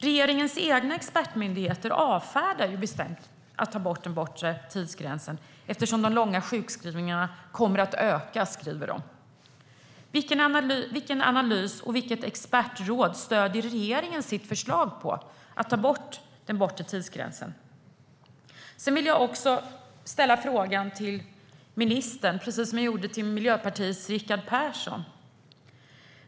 Regeringens egna expertmyndigheter avfärdar ju bestämt att ta bort den bortre tidsgränsen eftersom de långa sjukskrivningarna kommer att öka, skriver de. Vilken analys och vilket expertråd stöder regeringen sitt förslag att ta bort den bortre tidsgränsen på? Sedan vill jag också ta upp samma fråga till ministern som jag gjorde till Miljöpartiets Rickard Persson.